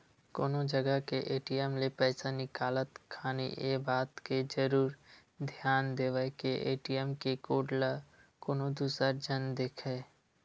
कोनो जगा के ए.टी.एम ले पइसा निकालत खानी ये बात के जरुर धियान देवय के ए.टी.एम के कोड ल कोनो दूसर झन देखय